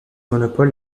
monopole